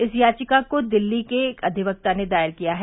इस याचिका को दिल्ली के एक अविक्ता ने दायर किया है